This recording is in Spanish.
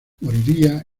moriría